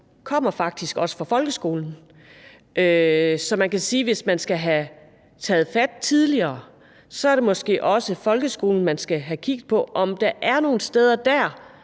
skoler, faktisk også kommer fra folkeskolen. Så man kan sige, at det, hvis man skal have taget fat tidligere, måske så også er folkeskolen, man skal have kigget på, og om der dér er nogle steder,